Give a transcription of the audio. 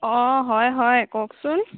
অঁ হয় হয় কওকচোন